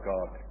God